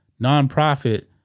nonprofit